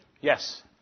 Yes